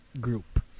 group